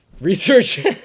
research